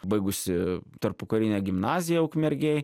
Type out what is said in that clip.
baigusi tarpukarinę gimnaziją ukmergėj